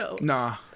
Nah